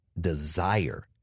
desire